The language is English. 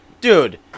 dude